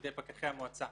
בידי פקחי המועצה.